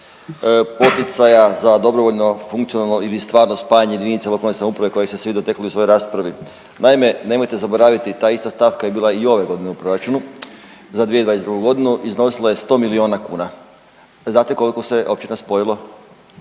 poticaja za dobrovoljno funkcionalno ili stvarno spajanje jedinice lokalne samouprave koje ste se vi dotaknuli u svojoj raspravi. Naime, nemojte zaboraviti, ta ista stavka je bila i ove godine u proračunu za 2022. godinu. Iznosila je 100 milijuna kuna. A znate koliko se općina spojilo?